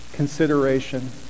consideration